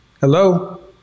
Hello